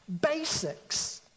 Basics